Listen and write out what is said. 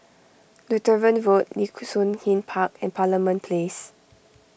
Lutheran Road Nee Soon East Park and Parliament Place